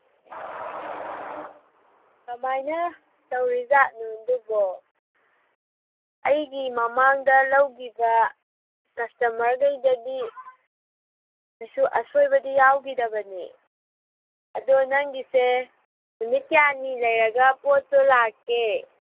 ꯀꯔꯃꯥꯏꯅ ꯇꯧꯔꯤꯕꯖꯥꯠꯅꯣ ꯑꯗꯨꯕꯣ ꯑꯩꯒꯤ ꯃꯃꯥꯡꯗ ꯂꯧꯈꯤꯕ ꯀꯁꯇꯃꯔ ꯃꯈꯩꯗꯗꯤ ꯀꯔꯤꯁꯨ ꯑꯁꯣꯏꯕꯗꯤ ꯌꯥꯎꯈꯤꯗꯕꯅꯦ ꯑꯗꯣ ꯅꯪꯒꯤꯁꯦ ꯅꯨꯃꯤꯠ ꯀꯌꯥꯅꯤ ꯂꯩꯔꯒ ꯄꯣꯠꯇꯣ ꯂꯥꯛꯀꯦ